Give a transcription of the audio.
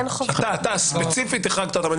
אתה ספציפית החרגת אותנו.